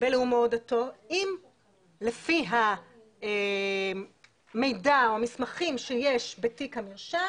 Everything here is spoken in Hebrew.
בלאומו או דתו אם לפי המידע או המסמכים שיש בתיק המרשם